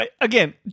again